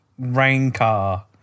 Raincar